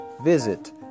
Visit